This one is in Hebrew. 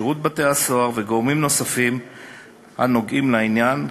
שירות בתי-הסוהר וגורמים נוספים הנוגעים לעניין,